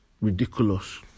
ridiculous